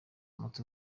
umuti